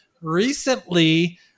recently